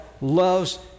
loves